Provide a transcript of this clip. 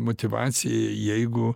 motyvaciją jeigu